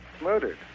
Murdered